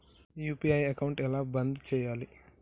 UPI account ఎలా బంద్ చేయాలి?